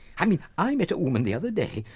i mean, i met a woman the other day.